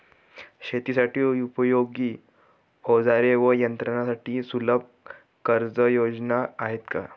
शेतीसाठी उपयोगी औजारे व यंत्रासाठी सुलभ कर्जयोजना आहेत का?